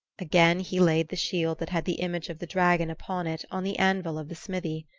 again he laid the shield that had the image of the dragon upon it on the anvil of the smithy.